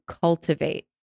cultivate